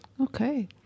Okay